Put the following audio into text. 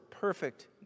perfect